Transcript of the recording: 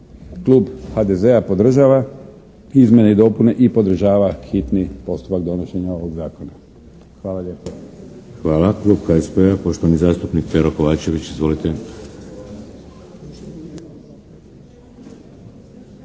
klub HDZ-a podržava izmjene i dopune i podržava hitni postupak donošenja ovog zakona. Hvala lijepo. **Šeks, Vladimir (HDZ)** Hvala. Klub HSP-a, poštovani zastupnik Pero Kovačević. Izvolite.